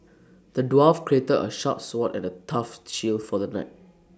the dwarf create A sharp sword and A tough shield for the knight